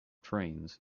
trains